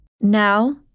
Now